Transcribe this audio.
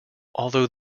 although